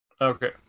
Okay